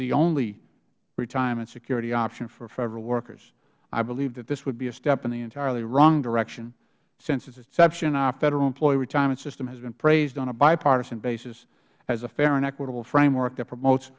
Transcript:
the only retirement security option for federal workers i believe that this would be a step in the entirely wrong direction since its inception our federal employee retirement system has been praised on a bipartisan basis as a fair and equitable framework that promotes